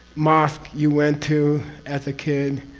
mosque, you went to as a kid.